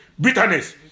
Bitterness